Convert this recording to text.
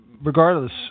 regardless